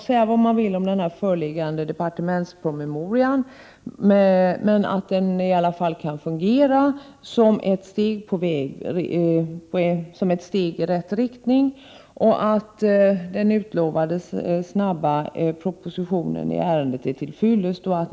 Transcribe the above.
Säga vad man vill om den föreliggande departementspromemorian, men den kan i alla fall fungera som ett steg i rätt riktning. Den snabbt utlovade propositionen i ärendet är till fyllest.